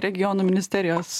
regionų ministerijos